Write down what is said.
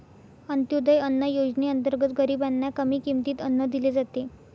अंत्योदय अन्न योजनेअंतर्गत गरीबांना कमी किमतीत अन्न दिले जाते